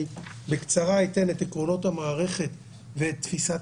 אני אתן בקצרה את עקרונות המערכת ותפיסת